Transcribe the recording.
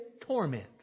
torment